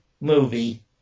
movie